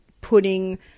putting